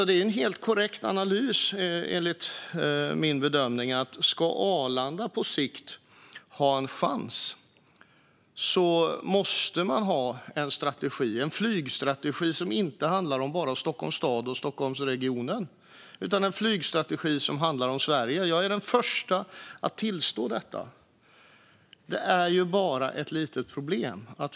Det är enligt min bedömning en helt korrekt analys att om Arlanda på sikt ska ha en chans måste man ha en flygstrategi som inte bara handlar om Stockholms stad och Stockholmsregionen utan som handlar om Sverige. Jag är den förste att tillstå detta. Det finns bara ett litet problem.